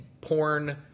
porn